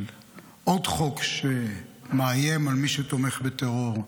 עוד חוק שמאיים על מי שתומך בטרור,